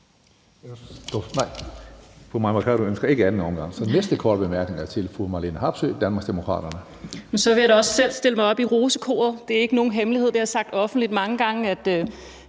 Så vil jeg da også selv stille mig op i rosekoret. Det er ikke nogen hemmelighed – jeg har sagt det offentligt mange gange – at